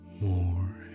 more